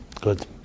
Good